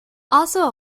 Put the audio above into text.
also